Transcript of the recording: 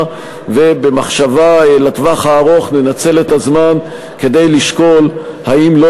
ובמחשבה לטווח הארוך ננצל את הזמן כדי לשקול האם לא